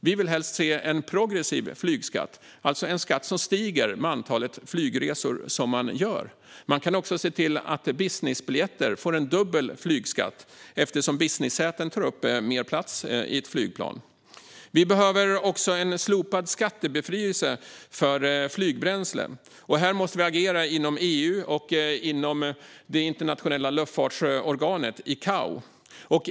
Vi vill helst se en progressiv flygskatt, alltså en skatt som stiger med antalet flygresor man gör. Man kan också se till att businessbiljetter får en dubbel flygskatt, eftersom businessäten tar upp mer plats i ett flygplan. Vi behöver också en slopad skattebefrielse för flygbränsle. Här måste vi agera inom EU och inom det internationella luftfartsorganet ICAO.